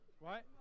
right